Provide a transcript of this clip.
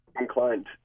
inclined